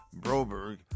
Broberg